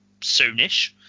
soonish